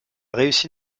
réussi